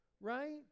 Right